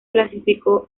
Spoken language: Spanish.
clasificó